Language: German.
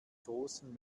großen